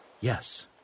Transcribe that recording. yes